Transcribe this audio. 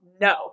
No